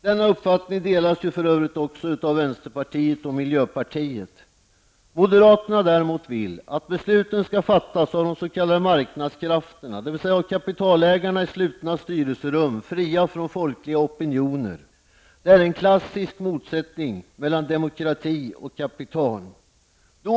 Denna uppfattning delas för övrigt även av vänsterpartiet och miljöpartiet. Moderaterna vill däremot att besluten skall fattas av de s.k. marknadskrafterna, dvs. av kapitalägarna i slutna styrelserum fria från folkliga opinioner. Detta är en klassisk motsättning mellan demokrati och kapital.